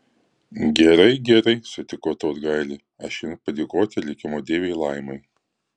gerai gerai sutiko tautgailė aš einu padėkoti likimo deivei laimai